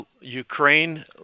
Ukraine